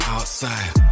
Outside